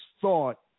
thought